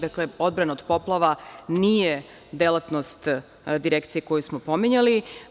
Dakle, odbrana od poplava nije delatnost Direkcije koju smo pominjali.